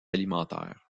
alimentaire